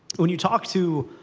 when you talk to